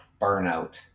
burnout